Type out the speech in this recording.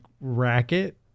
racket